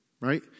Right